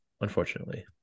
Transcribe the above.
unfortunately